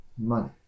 money